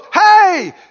hey